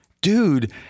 Dude